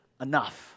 enough